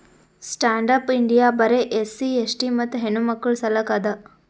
stand up India ಬರೆ SC ST ಮತ್ತ ಹೆಣ್ಣಮಕ್ಕುಳ ಸಲಕ್ ಅದ